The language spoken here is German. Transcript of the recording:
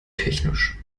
technisch